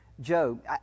Job